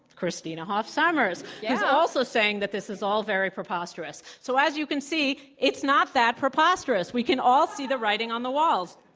christina hoff sommers, who's also saying that this is all very preposterous. so, as you can see, it's not that preposterous. we can all see the writing on the walls.